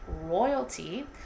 royalty